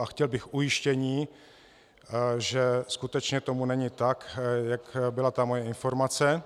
Chtěl bych ujištění, že skutečně tomu není tak, jak byla moje informace.